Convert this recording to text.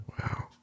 Wow